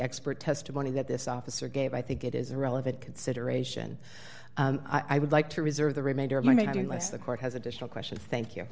expert testimony that this officer gave i think it is a relevant consideration i would like to reserve the remainder maybe less the court has additional question thank you